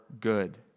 good